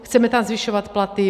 Chceme tam zvyšovat platy.